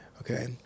okay